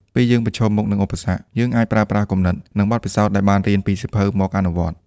ពេលយើងប្រឈមមុខនឹងឧបសគ្គ យើងអាចប្រើប្រាស់គំនិត និងបទពិសោធន៍ដែលបានរៀនពីសៀវភៅមកអនុវត្ត។